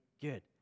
good